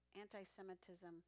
anti-Semitism